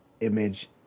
image